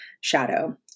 shadow